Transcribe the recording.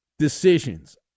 decisions